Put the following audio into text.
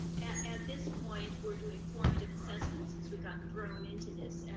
at this point, we're doing formative assessments since we got thrown into this,